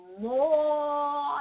more